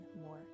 more